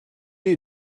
you